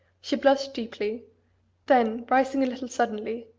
she blushed deeply then rising a little suddenly,